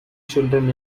children